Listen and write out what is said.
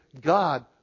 God